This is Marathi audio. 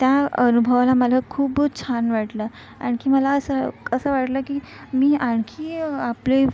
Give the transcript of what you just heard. त्या अनुभवानं मला खूप छान वाटलं आणखी मला असं क असं वाटलं की मी आणखी आपले